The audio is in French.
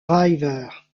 river